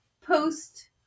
post